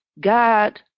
God